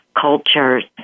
cultures